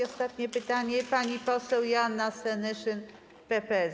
Ostatnie pytanie, pani poseł Joanna Senyszyn, PPS.